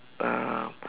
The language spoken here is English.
uh